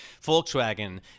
Volkswagen